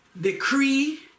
decree